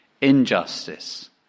injustice